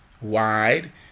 wide